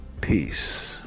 Peace